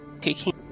taking